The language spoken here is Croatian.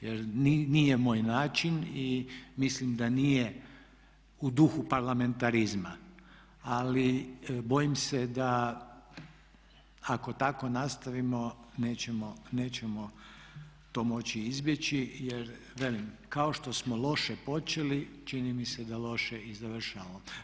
Jer nije moj način i mislim da nije u duhu parlamentarizma ali bojim se da ako tako nastavimo nećemo to moći izbjeći je velim kao što smo loše počeli čini mi se da loše i završavamo.